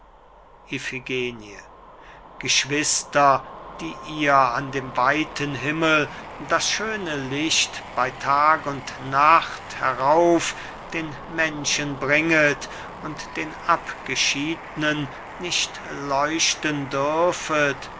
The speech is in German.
geschwister die ihr an dem weiten himmel das schöne licht bei tag und nacht herauf den menschen bringet und den abgeschiednen nicht leuchten dürfet